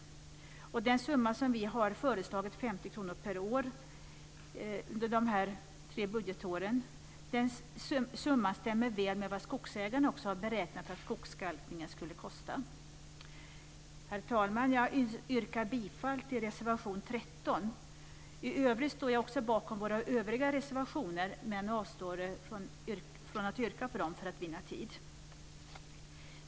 Den summa som vi har föreslagit, nämligen 50 miljoner kronor per år under de här tre budgetåren, stämmer väl med vad skogsägarna har beräknat att skogskalkningen skulle kosta. Herr talman! Jag yrkar bifall till reservation 13. I övrigt står jag bakom våra övriga reservationer, men för att vinna tid avstår jag från att yrka på dem.